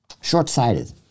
short-sighted